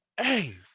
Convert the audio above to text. Hey